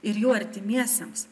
ir jų artimiesiems